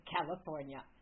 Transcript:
California